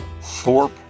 Thorpe